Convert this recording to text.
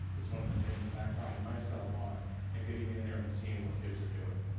it's one of the things that i pride myself on and getting in there and seeing what kids are doing.